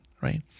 right